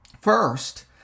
First